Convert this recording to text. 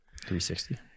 360